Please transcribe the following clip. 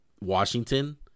Washington